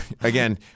again